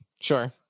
Sure